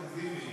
אל תגזימי.